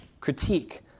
critique